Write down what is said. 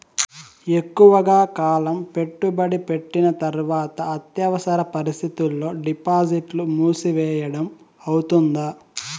ఎక్కువగా కాలం పెట్టుబడి పెట్టిన తర్వాత అత్యవసర పరిస్థితుల్లో డిపాజిట్లు మూసివేయడం అవుతుందా?